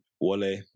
Wale